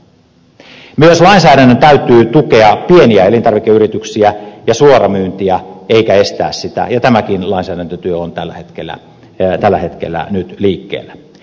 myös lainsäädännön täytyy tukea pieniä elintarvikeyrityksiä ja suoramyyntiä eikä estää sitä ja tämäkin lainsäädäntötyö on tällä hetkellä nyt liikkeellä